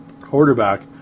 quarterback